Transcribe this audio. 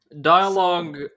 Dialogue